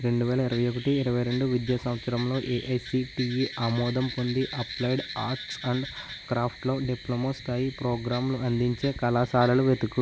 రెండు వేల ఇరవై ఒకటి ఇరవై రెండు విద్యా సంవత్సరంలో ఎఐసిటిఈ ఆమోదం పొంది అప్లైడ్ ఆర్ట్స్ అండ్ క్రాఫ్ట్లో డిప్లొమా స్థాయి ప్రోగ్రాంలు అందించే కళాశాలలు వెతుకుము